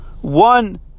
One